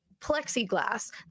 plexiglass